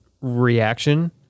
reaction